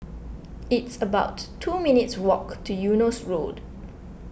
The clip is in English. it's about two minutes' walk to Eunos Road